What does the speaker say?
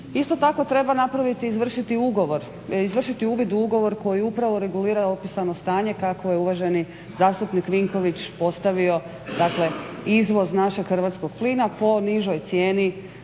Isto tako treba napraviti i izvršiti ugovor, izvršiti uvid u ugovor koji upravo regulira opisano stanje kakvo je uvaženi zastupnik Vinković postavio, dakle izvoz našeg hrvatskog plina po nižoj cijeni